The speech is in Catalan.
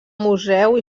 museu